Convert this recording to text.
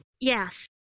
Yes